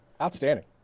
outstanding